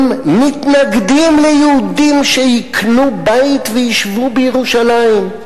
הם מתנגדים ליהודים שיקנו בית וישבו בירושלים.